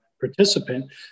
participant